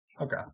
Okay